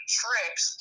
tricks